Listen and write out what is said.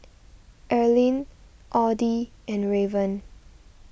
Earline Audy and Raven